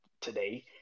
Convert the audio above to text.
today